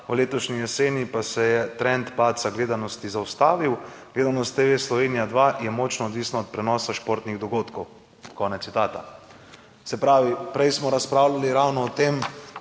v letošnji jeseni pa se je trend padca gledanosti zaustavil, gledanost TV Slovenija 2 je močno odvisna od prenosa športnih dogodkov.", konec citata. Se pravi, prej smo razpravljali ravno o tem,